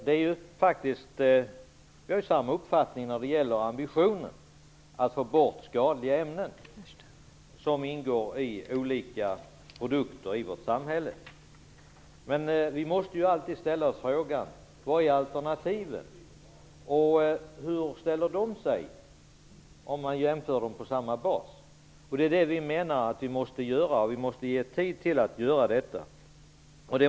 Vi har faktiskt samma ambition att få bort skadliga ämnen som ingår i olika produkter i vårt samhälle. Men vi måste alltid ställa oss frågan vilka alternativ som finns och hur de ställer sig vid en jämförelse på samma bas. Vi menar att det är det som måste göras och att det måste ges tid till detta.